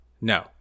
No